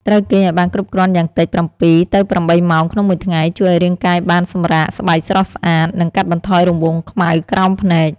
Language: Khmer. ត្រូវគេងឱ្យបានគ្រប់គ្រាន់យ៉ាងតិច ៧-៨ ម៉ោងក្នុងមួយថ្ងៃ ជួយឱ្យរាងកាយបានសម្រាក ស្បែកស្រស់ថ្លា និងកាត់បន្ថយរង្វង់ខ្មៅក្រោមភ្នែក ។